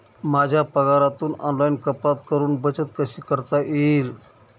माझ्या पगारातून ऑनलाइन कपात करुन बचत कशी करता येईल?